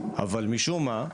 אבל משום מה,